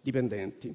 dipendenti.